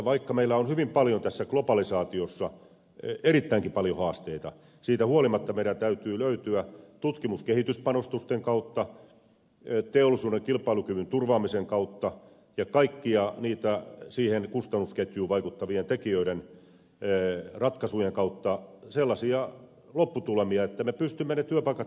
vaikka meillä on hyvin paljon tässä globalisaatiossa haasteita erittäinkin paljon haasteita siitä huolimatta meidän täytyy löytää tutkimus kehityspanostusten kautta teollisuuden kilpailukyvyn turvaamisen kautta ja kaikkien niiden siihen kustannusketjuun vaikuttavien tekijöiden ratkaisujen kautta sellaisia lopputulemia että me pystymme työpaikat pitämään täällä